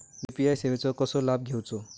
UPI सेवाचो कसो लाभ घेवचो?